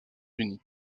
unis